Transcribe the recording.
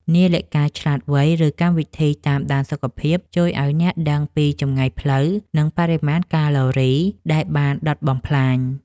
នាឡិកាឆ្លាតវៃ ឬកម្មវិធីតាមដានសុខភាព ជួយឱ្យអ្នកដឹងពីចម្ងាយផ្លូវ និងបរិមាណកាឡូរីដែលបានដុតបំផ្លាញ។